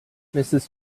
mrs